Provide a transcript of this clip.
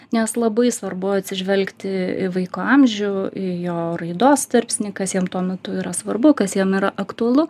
nes labai svarbu atsižvelgti į vaiko amžių į jo raidos tarpsnį kas jam tuo metu yra svarbu kas jam yra aktualu